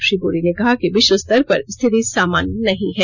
श्री पुरी ने कहा की विश्व स्तर पर स्थिति सामान्य नहीं है